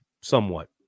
somewhat